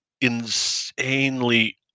insanely